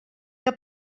que